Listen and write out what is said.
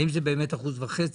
האם זה באמת 1.5%?